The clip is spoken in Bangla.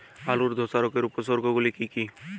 আলুর ধসা রোগের উপসর্গগুলি কি কি?